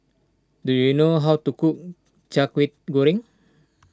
do you know how to cook Kway Goreng